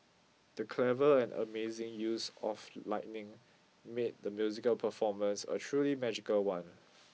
the clever and amazing use of lighting made the musical performance a truly magical one